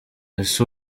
ese